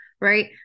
Right